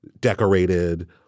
decorated